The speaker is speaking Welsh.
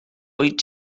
wyt